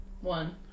One